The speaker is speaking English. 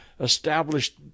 established